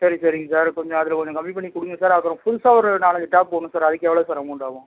சரி சரிங்க சார் கொஞ்சம் அதில் கொஞ்சம் கம்மி பண்ணி கொடுங்க சார் அப்புறம் புதுசாக ஒரு நாலஞ்சு டேப் போடணும் சார் அதுக்கு எவ்வளோ சார் அமௌண்ட் ஆகும்